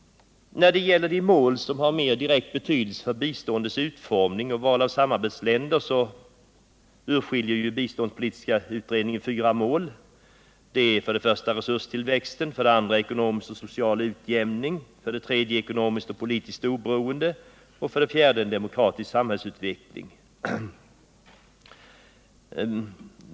När det gäller de mål som har mer direkt betydelse för biståndets utformning och val av samarbetsländer urskiljer biståndspolitiska utredningen fyra mål: resurstillväxt, ekonomisk och social utjämning, ekonomiskt och politiskt oberoende samt demokratisk samhällsutveckling.